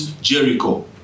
Jericho